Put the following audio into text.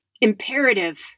imperative